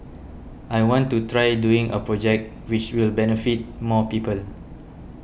I want to try doing a project which will benefit more people